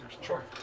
Sure